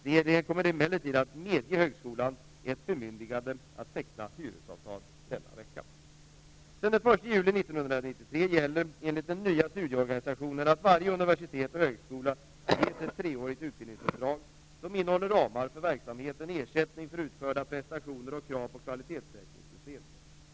Regeringen kommer emellertid att medge högskolan ett bemyndigande att teckna hyresavtal denna vecka. Sedan den 1 juli 1993 gäller enligt den nya studieorganisationen att varje universitet och högskola ges ett treårigt utbildningsuppdrag som innehåller ramar för verksamheten, ersättning för utförda prestationer och krav på kvalitetssäkringssystem.